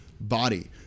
body